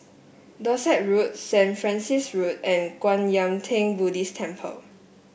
Dorset Road St Francis Road and Kwan Yam Theng Buddhist Temple